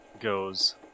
goes